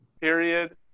period